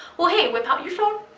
well hey, whip out your phone.